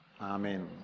Amen